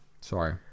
Sorry